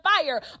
fire